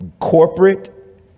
corporate